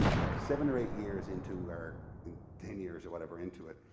like seven or eight years into or and ten years or whatever into it,